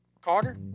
Carter